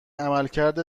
عملکرد